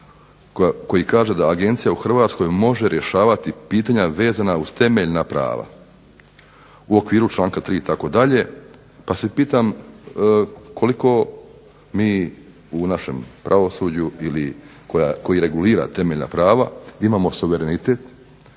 koji kaže da Agencija u Hrvatskoj može rješavati pitanja vezana uz temeljna prava u okviru članka 3. itd., pa se pitam koliko mi u našem pravosuđu ili koji regulira temeljna prava imamo suverenitet